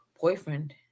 boyfriend